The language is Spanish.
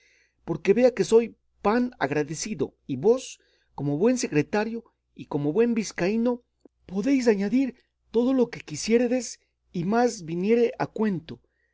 porque vea que soy pan agradecido y vos como buen secretario y como buen vizcaíno podéis añadir todo lo que quisiéredes y más viniere a cuento